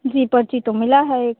जी पर्ची तो मिला है एक